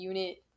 Unit